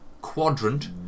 quadrant